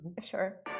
Sure